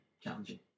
challenging